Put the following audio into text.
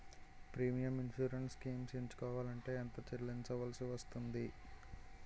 Premium insurance schemes ఎంచుకోవలంటే ఎంత చల్లించాల్సివస్తుంది??